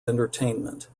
entertainment